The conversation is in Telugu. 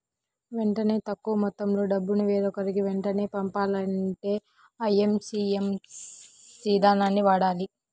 వెంటనే తక్కువ మొత్తంలో డబ్బును వేరొకరికి వెంటనే పంపాలంటే ఐఎమ్పీఎస్ ఇదానాన్ని వాడాలి